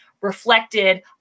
reflected